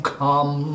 come